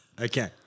okay